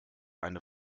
eine